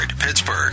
Pittsburgh